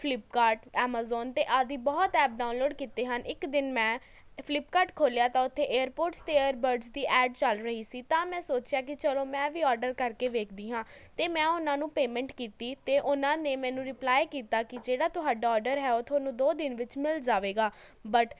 Flipkart Amazon ਅਤੇ ਆਦਿ ਬਹੁਤ ਐਪ ਡਾਊਨਲੋਡ ਕੀਤੇ ਹਨ ਇੱਕ ਦਿਨ ਮੈਂ ਫਲਿਪਕਾਰਟ ਖੋਲ੍ਹਿਆਂ ਤਾਂ ਉੱਥੇ ਏਅਰਪੋਰਟਸ ਅਤੇ ਏਅਰਬਡਸ ਦੀ ਐਡ ਚੱਲ ਰਹੀ ਸੀ ਤਾਂ ਮੈਂ ਸੋਚਿਆ ਕਿ ਚਲੋ ਮੈਂ ਵੀ ਔਡਰ ਕਰ ਕੇ ਵੇਖਦੀ ਹਾਂ ਅਤੇ ਮੈਂ ਉਹਨਾਂ ਨੂੰ ਪੇਮੈਂਟ ਕੀਤੀ ਅਤੇ ਉਨ੍ਹਾਂ ਨੇ ਮੈਨੂੰ ਰਿਪਲਾਏ ਕੀਤਾ ਕਿ ਜਿਹੜਾ ਤੁਹਾਡਾ ਔਡਰ ਹੈ ਉਹ ਤੁਹਾਨੂੰ ਦੋ ਦਿਨ ਵਿੱਚ ਮਿਲ ਜਾਵੇਗਾ ਬਟ